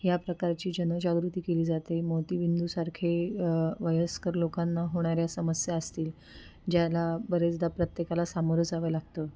ह्या प्रकारची जनजागृती केली जाते मोतीबिंदूसारखे वयस्कर लोकांना होणाऱ्या समस्या असतील ज्याला बरेचदा प्रत्येकाला सामोरं जावं लागतं